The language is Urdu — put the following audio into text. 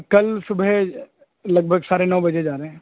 کل صبح لگ بھگ ساڑے نو بجے جا رہے ہیں